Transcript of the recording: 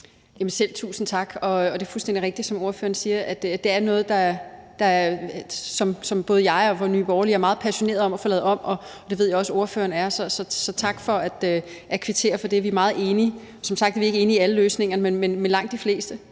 Selv tusind tak. Det er fuldstændig rigtigt, som ordføreren siger, at det er noget, som både jeg og Nye Borgerlige er meget passioneret i forhold til at få lavet om. Det ved jeg også ordføreren er. Så tak for at kvittere for det. Vi er meget enige. Som sagt er vi ikke enige i alle løsningerne, men langt de fleste